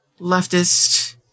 leftist